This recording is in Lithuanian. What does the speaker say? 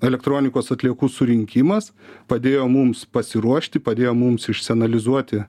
elektronikos atliekų surinkimas padėjo mums pasiruošti padėjo mums išsianalizuoti